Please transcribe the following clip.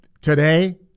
today